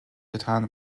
getan